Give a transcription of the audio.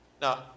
Now